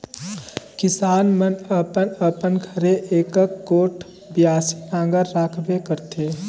किसान मन अपन अपन घरे एकक गोट बियासी नांगर राखबे करथे